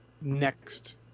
next